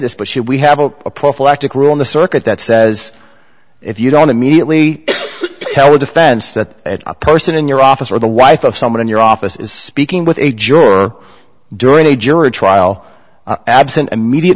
this but should we have a prophylactic rule in the circuit that says if you don't immediately tell the defense that a person in your office or the wife of someone in your office is speaking with a juror during a jury trial absent immediate